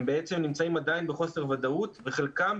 הם בעצם נמצאים עדיין בחוסר ודאות וחלקם,